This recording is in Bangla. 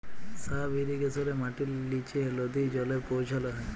সাব ইরিগেশলে মাটির লিচে লদী জলে পৌঁছাল হ্যয়